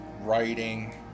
writing